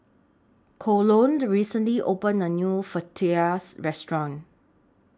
Colon recently opened A New Fajitas Restaurant